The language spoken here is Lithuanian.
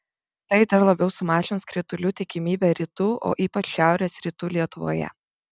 tai dar labiau sumažins kritulių tikimybę rytų o ypač šiaurės rytų lietuvoje